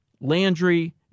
Landry